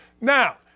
Now